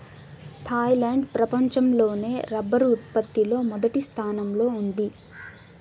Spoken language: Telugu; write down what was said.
థాయిలాండ్ ప్రపంచం లోనే రబ్బరు ఉత్పత్తి లో మొదటి స్థానంలో ఉంది